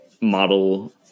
model